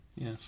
Yes